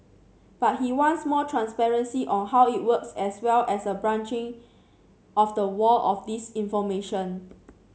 but he wants more transparency on how it works as well as a breaching of the wall of disinformation